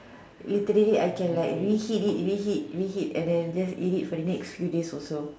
literally I can like reheat it reheat reheat and then just eat it for the next few days or so